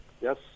Yes